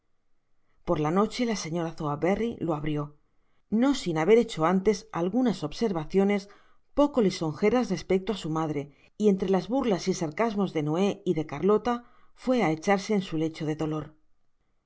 por la noche la señora sowerberry lo abrió no sin haber lecho antes algunas observaciones poco lisongeras respecto á su madre y entre las burlas y sarcasmos de noé y de carlota fué á echarse en su lecho de dolor